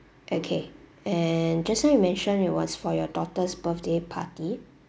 okay and just now you mention it was for your daughter's birthday party